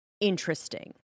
interesting